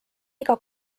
iga